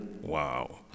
Wow